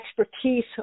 expertise